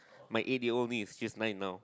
my eight year old niece she's nine now